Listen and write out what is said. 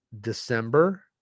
December